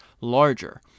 larger